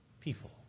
people